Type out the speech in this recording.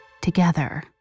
together